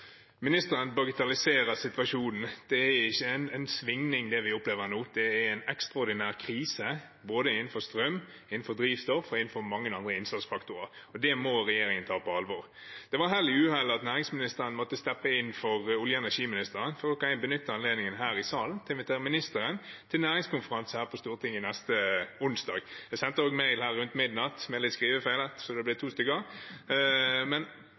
Ministeren bagatelliserer situasjonen. Det vi opplever nå, er ikke en svingning, det er en ekstraordinær krise både innenfor strøm, innenfor drivstoff og innenfor mange andre innsatsfaktorer. Det må regjeringen ta på alvor. Det var hell i uhell at næringsministeren måtte steppe inn for olje- og energiministeren, for da kan jeg benytte anledningen her i salen til å invitere ministeren til næringskonferanse her på Stortinget neste onsdag. Jeg sendte også mail rundt midnatt – med litt skrivefeil, så det ble